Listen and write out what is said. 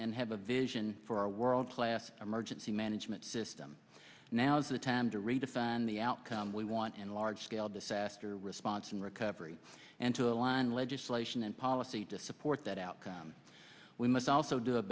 and have a vision for a world class emergency management system now's the time to redefine the outcome we want and large scale disaster response and recovery and to align legislation and policy to support that outcome we must also do a